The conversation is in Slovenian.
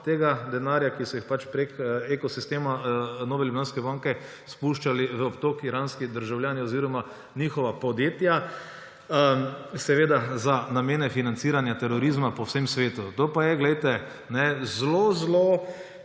tega denarja, ki so jih pač preko ekosistema Nove Ljubljanske banke spuščali v obtok iranski državljani oziroma njihova podjetja, seveda za namene financiranja terorizma po vsem svetu. To pa je zelo zelo